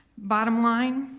bottom line,